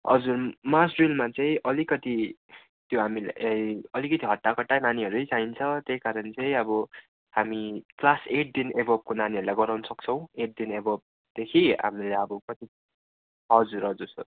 हजुर मार्च ड्रिलमा चाहिँ अलिकति त्यो हामीले ए अलिकति हट्टाकट्टा नानीहरू चाहिन्छ त्यही कारण चाहिँ अब हामी क्लास एटदेखि एभोबको नानाहरूलाई गराउन सक्छौँ एटदेखि एभोबदेखि हामीले अब कति हजुर हजुर सर